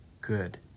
good